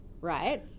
right